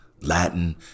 Latin